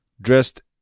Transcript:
dressed